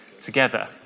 together